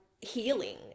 healing